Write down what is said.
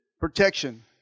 protection